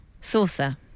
saucer